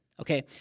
Okay